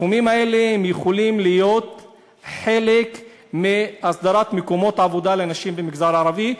הסכומים האלה יכולים להיות חלק מהסדרת מקומות עבודה לנשים במגזר הערבי.